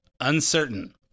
uncertain